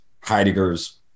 Heidegger's